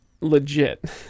legit